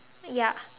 ya